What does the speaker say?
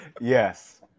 Yes